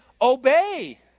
obey